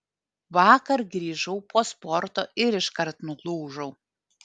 vakar grįžau po sporto ir iškart nulūžau